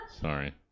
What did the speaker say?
Sorry